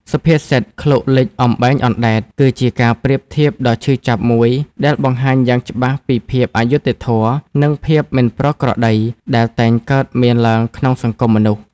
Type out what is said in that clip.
សុភាសិត "ឃ្លោកលិច អំបែងអណ្ដែត" គឺជាការប្រៀបធៀបដ៏ឈឺចាប់មួយដែលបង្ហាញយ៉ាងច្បាស់ពីភាពអយុត្តិធម៌ និងភាពមិនប្រក្រតីដែលតែងកើតមានឡើងក្នុងសង្គមមនុស្ស។